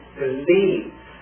believes